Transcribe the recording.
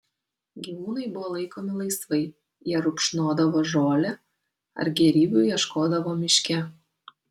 gyvūnai buvo laikomi laisvai jie rupšnodavo žolę ar gėrybių ieškodavo miške